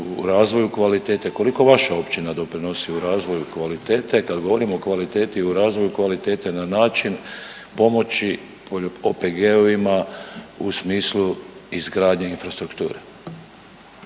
razvoju kvalitete koliko vaša općina doprinosi u razvoju kvalitete. Kad govorim o kvaliteti, o razvoju kvalitete na način pomoći OPG-ovima u smislu izgradnje infrastrukture.